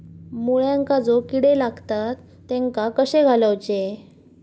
मुळ्यांका जो किडे लागतात तेनका कशे घालवचे?